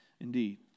Indeed